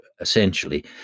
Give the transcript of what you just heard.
essentially